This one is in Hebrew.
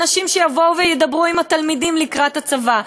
אנשים שיבואו וידברו עם התלמידים לקראת הצבא,